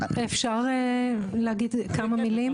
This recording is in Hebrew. אפשר להגיד כמה מילים?